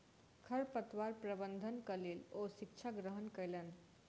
खरपतवार प्रबंधनक लेल ओ शिक्षा ग्रहण कयलैन